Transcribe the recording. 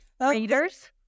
Readers